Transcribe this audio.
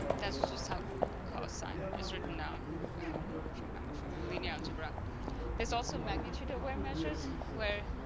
that's just how cosine is written down if you remember from your linear algebra there's also magnitude aware measures where